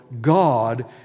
God